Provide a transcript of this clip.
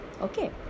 okay